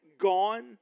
gone